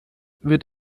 wird